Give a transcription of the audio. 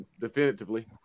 definitively